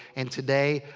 and today,